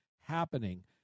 happening